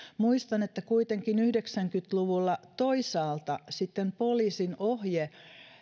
muistan että yhdeksänkymmentä luvulla toisaalta sitten poliisin ohje